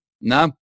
No